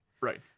right